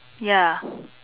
ya